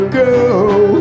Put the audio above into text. girl